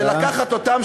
זה לקחת אותם,